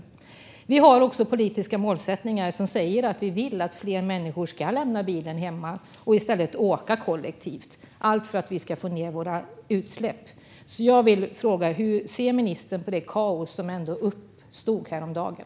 Det finns också politiska målsättningar om att fler människor ska lämna bilen hemma och åka kollektivt för att vi ska få ned våra utsläpp. Hur ser ministern på det kaos som uppstod häromdagen?